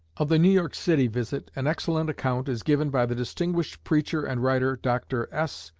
of the new york city visit, an excellent account is given by the distinguished preacher and writer, dr. s.